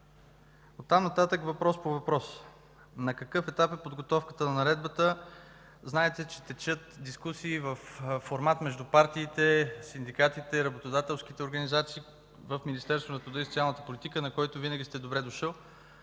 От там нататък въпрос по въпрос. На какъв етап е подготовката на наредбата? Знаете, че текат дискусии във формат между партиите, синдикатите и работодателските организации в Министерството на труда и социалната политика, на който винаги сте добре дошъл,